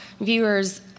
viewers